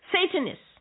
satanists